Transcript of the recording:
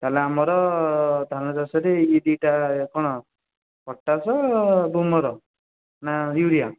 ତାହେଲେ ଆମର ଧାନ ଚାଷରେ ଏଇ ଦୁଇଟା କ'ଣ ପଟାସ୍ ଗ୍ରୁମର ନା ୟୁରିଆ